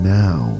now